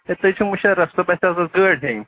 سر تُہۍ چھُو مَشرف صٲب اَسہِ حظ ٲسۍ گٲڑۍ ہیٚنۍ